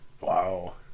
Wow